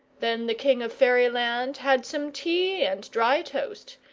then the king of fairyland had some tea and dry toast,